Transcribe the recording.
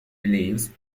believes